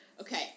Okay